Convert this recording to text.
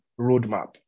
roadmap